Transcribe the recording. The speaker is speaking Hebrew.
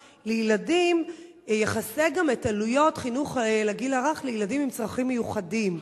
לילדים יכסו גם את עלויות חינוך לגיל הרך לילדים עם צרכים מיוחדים.